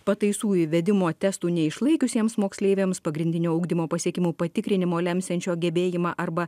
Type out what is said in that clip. pataisų įvedimo testų neišlaikiusiems moksleiviams pagrindinio ugdymo pasiekimų patikrinimo lemsiančio gebėjimą arba